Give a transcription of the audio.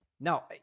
Now